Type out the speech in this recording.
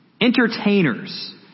entertainers